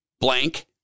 blank